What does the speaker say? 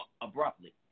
abruptly